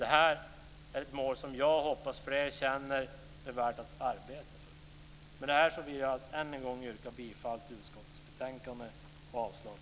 Det här är ett mål som jag hoppas att fler känner att det är värt att arbeta för. Med detta vill jag alltså yrka bifall till hemställan i utskottets betänkande och avslag på reservationerna.